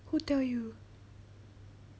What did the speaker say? who tell you